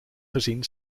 gezien